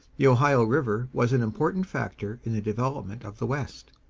the ohio river was an important factor in the development of the west.